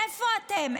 איפה אתם?